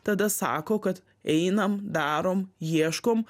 tada sako kad einam darom ieškom